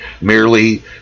merely